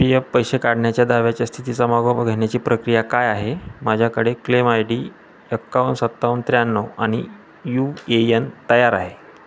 P F पैसे काढण्याच्या दाव्याच्या स्थितीचा मागोवा घेण्याची प्रक्रिया काय आहे माझ्याकडे क्लेम आय डी एकावन सत्तावन त्र्याण्णव आणि यू ए यन तयार आहे